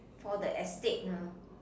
for the estate ha